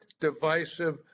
divisive